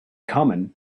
common